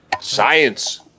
Science